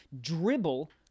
dribble